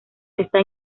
está